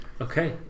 okay